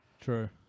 true